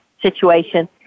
situation